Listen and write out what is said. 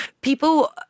People